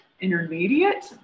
intermediate